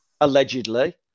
allegedly